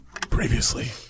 Previously